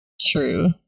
True